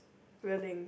railing